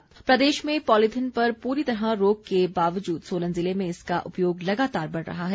polythene ban प्रदेश में polythene पर पूरी तरह रोक के बावजूद सोलन ज़िले में इसका उपयोग लगातार बढ़ रहा है